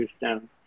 down